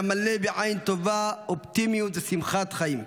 היה מלא בעין טובה, אופטימיות ושמחת חיים.